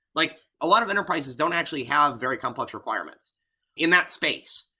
like a lot of enterprises don't actually have very complex requirements in that space.